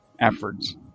efforts